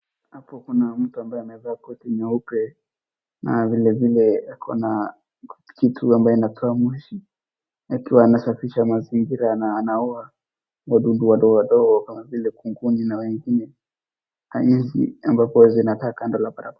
Hapo kuna mtu ambaye amevaa koti nyeupe na vile vile ako na kitu ambaye inatoa moshi akiwa anasafisha mazingira na anaua wadudu wadogo wadogo kama vile kunguni na wengine na nzi ambapo zinaka kando la barabara.